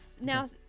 now